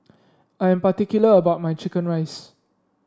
I am particular about my chicken rice